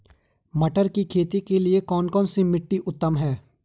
मटर की खेती के लिए कौन सी मिट्टी उत्तम है?